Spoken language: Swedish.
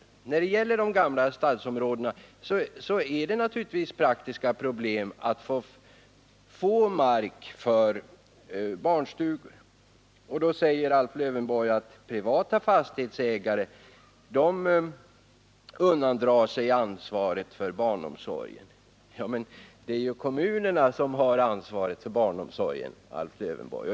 Men när det gäller de gamla stadsområdena finns det naturligtvis praktiska problem att få mark för barnstugor. Alf Lövenborg säger att privata fastighetsägare undandrar sig ansvaret för barnomsorgen. Men det är ju just kommunerna som har ansvaret för barnomsorgen, Alf Lövenborg.